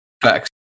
Facts